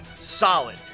solid